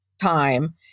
time